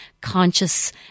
conscious